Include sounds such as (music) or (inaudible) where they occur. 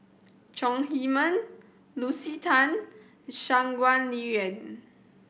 Chong Heman Lucy Tan Shangguan (unintelligible)